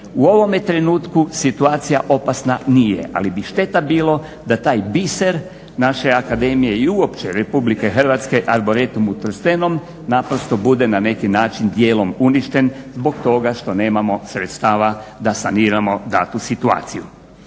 U ovome trenutku situacija opasna nije, ali bi štete bilo da taj biser naše akademije i uopće Republike Hrvatske, Arboretum u Trstenom, naprosto bude na neki način dijelom uništen zbog toga što nemamo sredstava da saniramo datu situaciju.